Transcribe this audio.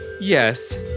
Yes